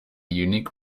unique